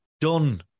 done